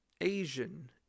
Asian